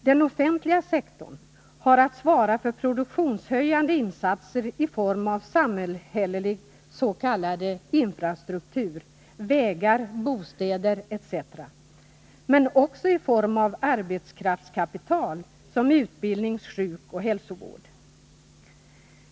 Den offentliga sektorn har att svara för produktionshöjande insatser i form av samhällelig s.k. infrastruktur — vägar, bostäder osv. — men också i form av arbetskraftskapital som utbildning, sjukoch hälsovård.